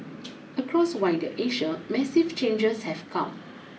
across wider Asia massive changes have come